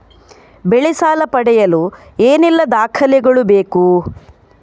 ಬೆಳೆ ಸಾಲ ಪಡೆಯಲು ಏನೆಲ್ಲಾ ದಾಖಲೆಗಳು ಬೇಕು?